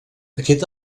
aquest